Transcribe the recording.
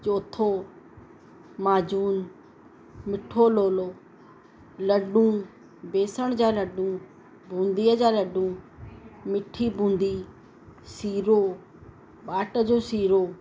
चौथो माजून मिठो लोलो लॾूं बेसण जा लॾूं बूंदीअ जा लॾूं मिठी बूंदी सीरो ॿाट जो सीरो